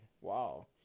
wow